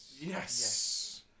yes